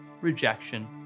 rejection